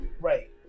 Right